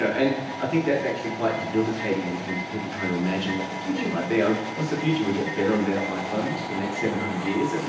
and i think that's actually quite debilitating in terms of people trying to imagine what the future might be. ah what's the future? we get better and better iphones for the next seven hundred years? but